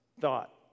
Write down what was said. thought